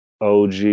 OG